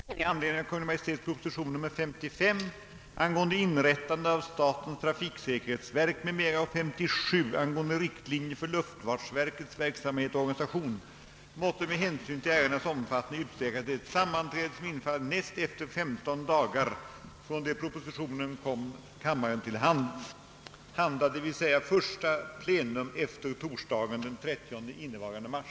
Herr talman! Jag tillåter mig hemställa, att kammaren ville besluta, att tiden för avgivande av motioner i anledning av Kungl. Maj:ts propositioner nr 55, angående inrättande av statens trafiksäkerhetsverk, m.m., och nr 57, angående riktlinjer för luftfartsverkets verksamhet och organisation, måtte med hänsyn till ärendenas omfattning utsträckas till det sammanträde, som infaller näst efter femton dagar från det propositionerna kom kammaren till handa, d.v.s. första plenum efter onsdagen den 29 innevarande mars.